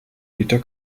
liter